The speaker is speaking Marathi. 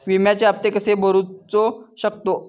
विम्याचे हप्ते कसे भरूचो शकतो?